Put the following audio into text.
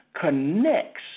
connects